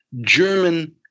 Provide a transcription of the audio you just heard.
German